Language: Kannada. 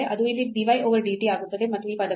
ಅದು ಇಲ್ಲಿ dy over dt ಆಗುತ್ತದೆ ಮತ್ತು ಈ ಪದಗಳು